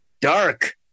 dark